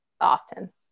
often